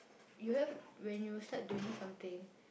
you have when you start doing something